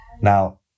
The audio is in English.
Now